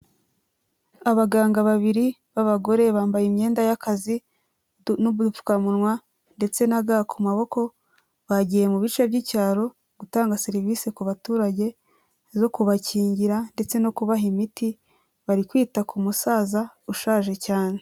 Abaganga babiri b'abagore, bambaye imyenda y'akazi n'ubupfukamunwa ndetse na ga ku maboko, bagiye mu bice by'icyaro gutanga serivise ku baturage zo kubakingira ndetse no kubaha imiti bari kwita ku musaza ushaje cyane.